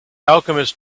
alchemist